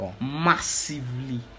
Massively